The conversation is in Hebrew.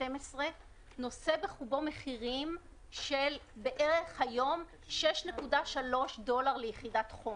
נושא בחובו מחירים של בערך 6.3 דולרים ליחידת חום.